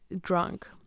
drunk